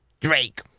drake